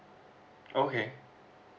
okay